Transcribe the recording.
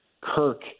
Kirk